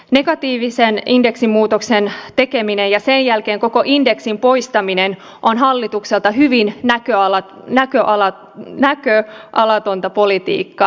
negatiivisen indeksimuutoksen tekeminen ja sen jälkeen koko indeksin poistaminen on hallitukselta hyvin näköalatonta politiikkaa